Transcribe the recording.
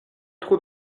trop